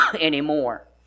anymore